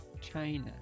China